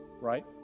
Right